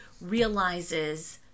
realizes